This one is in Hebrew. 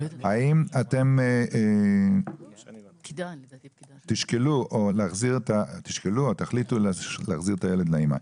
האם אתם תשקלו או תחליטו להחזיר את הילד לאמא?